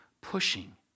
pushing